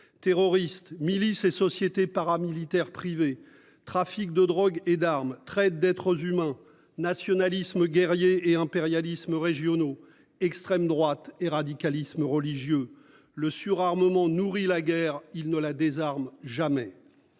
terroriste milices et société paramilitaire privée. Trafic de drogue et d'armes traite d'êtres humains nationalisme guerrier et impérialismes régionaux extrême droite et radicalisme religieux, le surarmement nourrit la guerre il ne la désarme jamais.